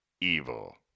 evil